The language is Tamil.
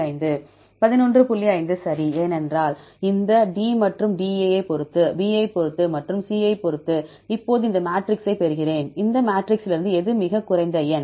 5 சரி ஏனென்றால் இந்த D மற்றும் DE A ஐப் பொறுத்து B ஐப் பொறுத்து மற்றும் C ஐப் பொறுத்து இப்போது இந்த மேட்ரிக்ஸைப் பெறுகிறேன் இந்த மேட்ரிக்ஸிலிருந்து எது மிகக் குறைந்த எண்